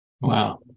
Wow